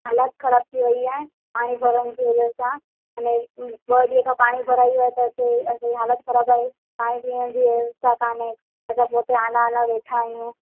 हालत ख़राबु थी वई आहे पाणी भरण जे वजह सां आने ॿ ॾींहं खां पाणी भराई आहे त हालत ख़राबु आहे हाणे जीअं बि आहे सरकार मतलबु ओतिरा आला आला वैठा आहियूं